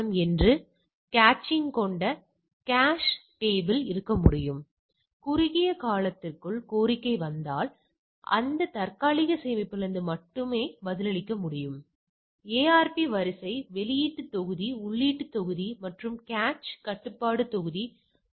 எனவே வெளிப்படையாக மதிப்பு மிக மிகப் பெரியது எனவே இன்மை கருதுகோளை நிராகரிக்க வாய்ப்பில்லை அதுதான் இங்கேயும் நம் விஷயத்திலிருந்து நமக்குக் கிடைக்கிறது